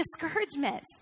discouragement